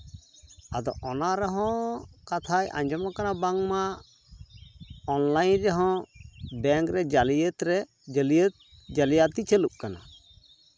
ᱟᱫᱚ ᱚᱱᱟ ᱨᱮᱦᱚᱸ ᱠᱟᱛᱷᱟᱡ ᱟᱸᱡᱚᱢᱚᱜ ᱠᱟᱱᱟ ᱵᱟᱝᱢᱟ ᱚᱱᱞᱟᱭᱤᱱ ᱨᱮᱦᱚᱸ ᱵᱮᱝᱠ ᱨᱮ ᱡᱟᱹᱞᱤᱭᱟᱹᱛ ᱨᱮ ᱡᱟᱹᱞᱤᱭᱟᱹᱛᱤ ᱪᱟᱹᱞᱩᱜ ᱠᱟᱱᱟ